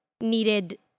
needed